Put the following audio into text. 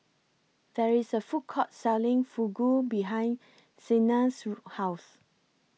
There IS A Food Court Selling Fugu behind Sienna's House